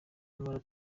nyamara